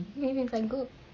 sanggup